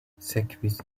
sekvis